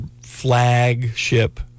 flagship